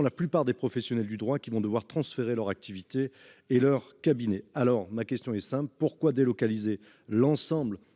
la plupart des professionnels du droit vont devoir transférer leur activité et leur cabinet. Ma question est simple : pourquoi délocaliser l'ensemble